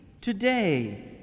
Today